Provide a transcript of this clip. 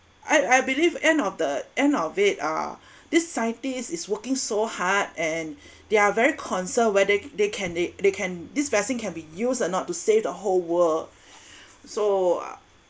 I I believe end of the end of it uh this scientist is working so hard and they are very concerned whether they can they they can this vaccine can be used or not to save the whole world so